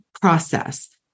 process